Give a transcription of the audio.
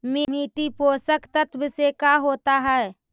मिट्टी पोषक तत्त्व से का होता है?